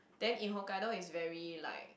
then in Hokkaido it's very like